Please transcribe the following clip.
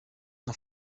nka